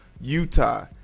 Utah